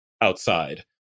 outside